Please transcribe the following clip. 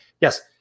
Yes